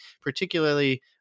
particularly